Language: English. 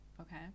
Okay